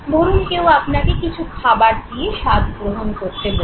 ধরুন কেউ আপনাকে কিছু খাবার দিয়ে স্বাদ গ্রহণ করতে বলল